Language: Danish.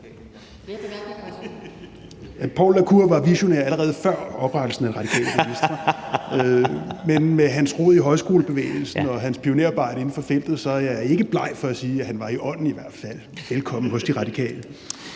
Poul la Cour var visionær allerede før oprettelsen af Radikale Venstre, men med hans rod i højskolebevægelsen og hans pionerarbejde inden for feltet er jeg ikke bleg for at sige, at han i hvert fald i ånden var velkommen hos De Radikale.